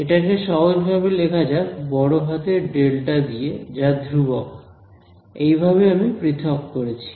এটাকে সহজভাবে লেখা যাক বড় হাতের ডেল্টা দিয়ে যা ধ্রুবক এইভাবে আমি পৃথক করেছি